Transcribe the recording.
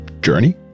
journey